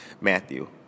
Matthew